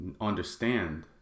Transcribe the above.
understand